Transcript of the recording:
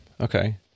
Okay